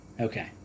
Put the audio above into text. Okay